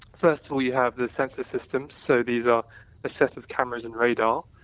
first of all, you have the sensor system, so these are a set of cameras and radar,